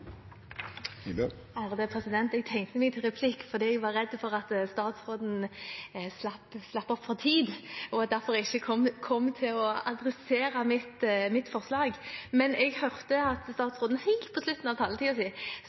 denne siden. Jeg tegnet meg til replikk fordi jeg var redd for at statsråden slapp opp for tid, og derfor ikke kom til å adressere mitt forslag. Men jeg hørte at statsråden helt på slutten av